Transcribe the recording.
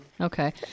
Okay